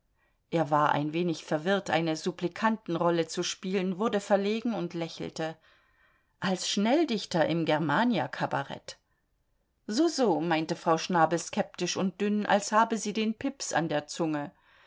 er war ein wenig verwirrt eine supplikantenrolle zu spielen wurde verlegen und lächelte als schnelldichter im germania cabaret so so meinte frau schnabel skeptisch und dünn als habe sie den pips an der zunge